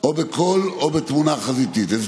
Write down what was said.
יבגני סובה, אלי